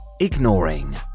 Ignoring